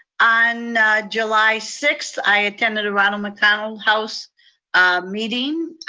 on july sixth, i attended a ronald mcdonald house meeting.